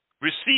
Receive